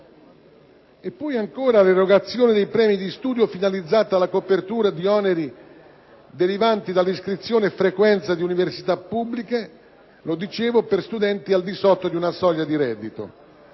poi l’erogazione dei premi di studio, finalizzata alla copertura di oneri derivanti dall’iscrizione e dalla frequenza di universita pubbliche per studenti al di sotto di una soglia di reddito.